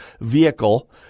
vehicle